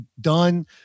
done